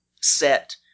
set